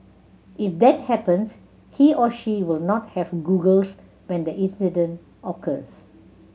if that happens he or she will not have goggles when the incident occurs